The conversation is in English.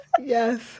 Yes